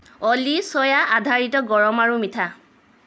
অ'লি চয়া আধাৰিত গৰম আৰু মিঠা